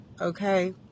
okay